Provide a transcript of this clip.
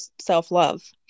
self-love